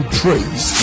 praise